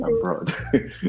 abroad